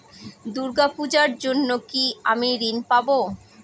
দূর্গা পূজার জন্য কি আমি ঋণ পাবো?